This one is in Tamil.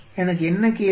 எனக்கு என்ன கேள்வி